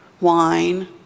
wine